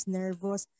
nervous